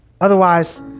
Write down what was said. Otherwise